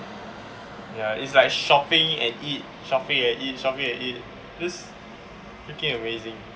ya it's like shopping and eat shopping and eat shopping and eat just freaking amazing